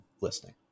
listening